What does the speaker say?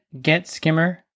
GetSkimmer